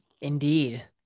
Indeed